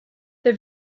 the